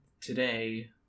today